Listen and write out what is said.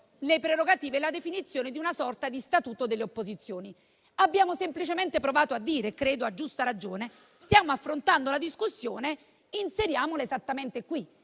le prerogative e la definizione di una sorta di statuto delle opposizioni. Abbiamo semplicemente provato a proporre - credo a giusta ragione - che, visto che stiamo affrontando la discussione, di inserirla esattamente qui,